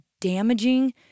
damaging